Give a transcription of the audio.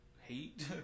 hate